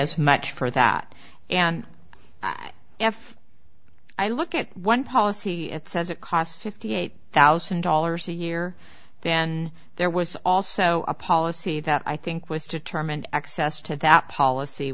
as much for that and i f i look at one policy it says it cost fifty eight thousand dollars a year then there was also a policy that i think was determined access to that policy